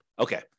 Okay